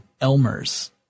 Elmers